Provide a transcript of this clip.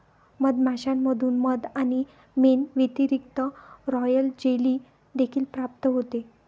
मधमाश्यांमधून मध आणि मेण व्यतिरिक्त, रॉयल जेली देखील प्राप्त होते